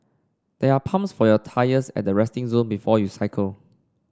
there are pumps for your tyres at the resting zone before you cycle